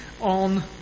on